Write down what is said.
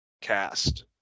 cast